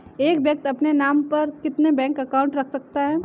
एक व्यक्ति अपने नाम पर कितने बैंक अकाउंट रख सकता है?